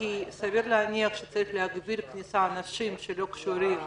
כי סביר להניח שצריך להגביל כניסה של אנשים שלא קשורים